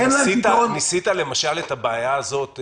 ניסית למשל את הבעיה הזאת,